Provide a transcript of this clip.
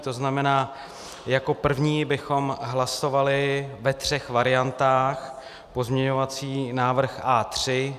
To znamená, jako první bychom hlasovali ve třech variantách pozměňovací návrh A3.